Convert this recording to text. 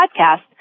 podcast